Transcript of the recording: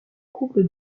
couples